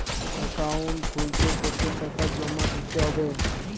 Account খুলতে কতো টাকা জমা দিতে হবে?